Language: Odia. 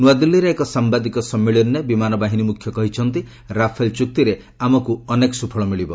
ନ୍ତଆଦିଲ୍ଲୀରେ ଏକ ସାମ୍ବାଦିକ ସମ୍ମିଳନୀରେ ବିମାନ ବାହିନୀ ମୁଖ୍ୟ କହିଛନ୍ତି ରାଫେଲ୍ ଚୁକ୍ତିରେ ଆମକୁ ଅନେକ ସୁଫଳ ମିଳିବ